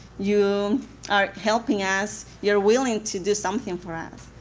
you are helping us, you're willing to do something for us.